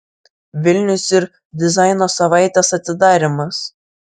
vilnius ir dizaino savaitės atidarymas